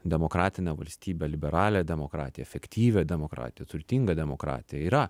demokratinę valstybę liberalią demokratiją efektyvią demokratiją turtingą demokratiją yra